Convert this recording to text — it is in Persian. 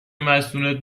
مستونت